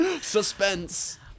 Suspense